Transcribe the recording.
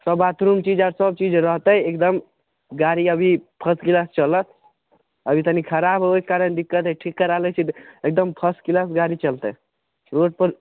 सब बाथरूम चीज आर सब चीज रहतै एकदम गाड़ी अभी फर्स्ट क्लास चलत अभी तनी खराब होइके कारण दिक्कत हइ ठीक करा लै छी एकदम फर्स्ट क्लास गाड़ी चलतै रोड पर